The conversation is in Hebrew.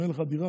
אם אין לך דירה,